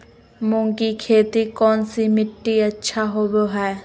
मूंग की खेती कौन सी मिट्टी अच्छा होबो हाय?